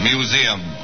Museum